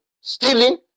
stealing